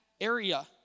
area